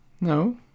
no